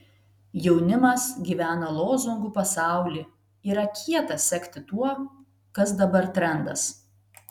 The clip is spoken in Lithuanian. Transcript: jaunimas gyvena lozungų pasauly yra kieta sekti tuo kas dabar trendas